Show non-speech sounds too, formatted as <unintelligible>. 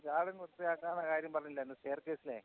<unintelligible> കാര്യം പറഞ്ഞില്ലായിരുന്നോ സ്റ്റെയർകേസിലേ